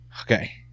Okay